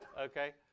okay